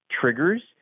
triggers